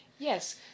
Yes